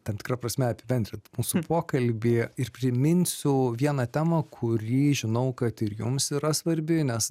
tam tikra prasme apibendrint mūsų pokalbį ir priminsiu vieną temą kuri žinau kad ir jums yra svarbi nes